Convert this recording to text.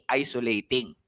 isolating